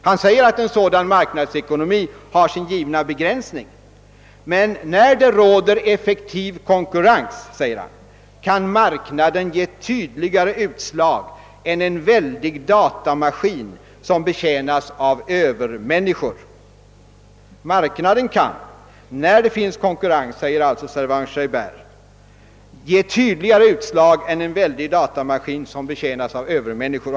Han säger att en sådan marknadsekonomi har sin givna begränsning, men när det råder effektiv konkurrens, kan marknaden ge tydligare utslag än en väldig datamaskin som betjänas av övermänniskor.